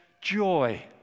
joy